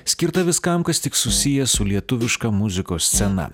skirta viskam kas tik susiję su lietuviška muzikos scena